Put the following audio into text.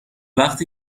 وقتی